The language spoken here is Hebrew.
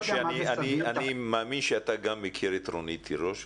אני מאמין שאתה גם מכיר את רונית תירוש,